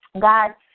God